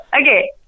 Okay